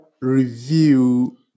Review